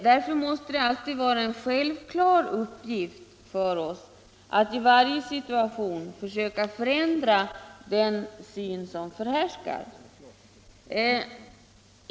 Därför måste det alltid vara en självklar uppgift för oss att i varje situation försöka förändra den syn som förhärskar.